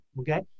Okay